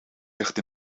ligt